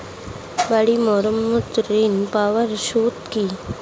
বাড়ি মেরামত ঋন পাবার শর্ত কি?